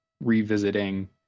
revisiting